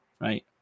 right